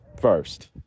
first